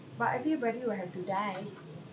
but everybody will have to die